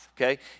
okay